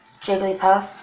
Jigglypuff